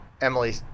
Emily